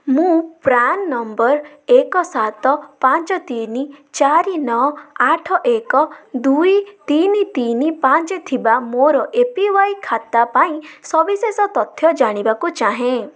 ମୁଁ PRAN number ଏକ ସାତ ପାଞ୍ଚ ତିନି ଚାରି ନଅ ଆଠ ଏକ ଦୁଇ ତିନି ତିନି ପାଞ୍ଚେ ଥିବା ମୋର ଏ ପି ୱାଇ ଖାତା ପାଇଁ ସବିଶେଷ ତଥ୍ୟ ଜାଣିବାକୁ ଚାହେଁ